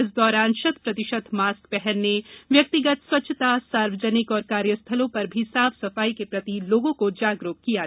इस दौरान शत प्रतिशत मास्क पहनने व्यक्तिगत स्वच्छता सार्वजनिक और कार्य स्थलों पर भी साफ सफाई के प्रति लोगों को जागरूक किया जायेगा